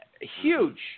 Huge